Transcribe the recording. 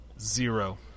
Zero